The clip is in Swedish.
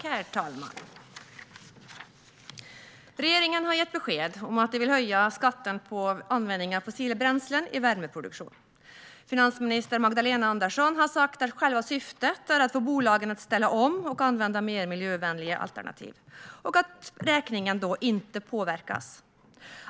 Herr talman! Regeringen har gett besked om att man vill höja skatten på användningen av fossila bränslen i värmeproduktion. Finansminister Magdalena Andersson har sagt att själva syftet är att få bolagen att ställa om och använda mer miljövänliga alternativ och att räkningen då inte påverkas.